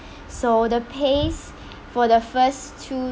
so the pace for the first two